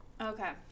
Okay